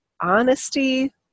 Honesty